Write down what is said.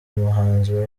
umuhanzi